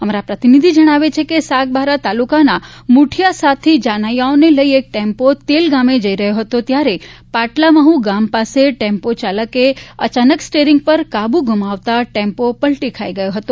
અમારા પ્રતિનિધિ જમાવે છે કે સાગબારા તાલુકાના મુઠીયાસાદથી જાનૈયાઓને લઇ એક ટેમ્પો તેલ ગામે જઇ રહ્યો હતો ત્યારે પાટલા મહુ ગામ પાસે ટેમ્પો ચાલકે અચાનક સ્ટીયરીંગ પર કાબુ ગુમાવતા ટેમ્પો પલટી ખાઇ ગયો હતો